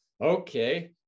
okay